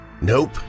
Nope